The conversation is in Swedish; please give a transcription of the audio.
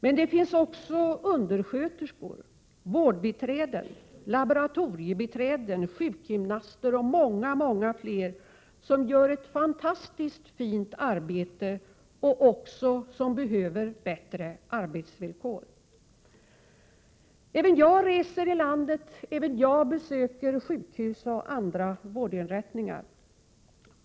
Men det finns också undersköterskor, vårdbiträden, laboratoriebiträden, sjukgymnaster och många fler, som gör ett fantastiskt fint arbete och som även de behöver bättre arbetsvillkor. Även jag reser i landet. Även jag besöker sjukhus och andra vårdinrättningar.